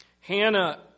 Hannah